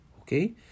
okay